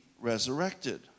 resurrected